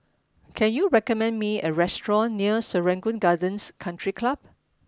can you recommend me a restaurant near Serangoon Gardens Country Club